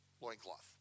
loincloth